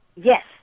Yes